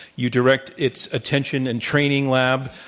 you direct its attention and training lab.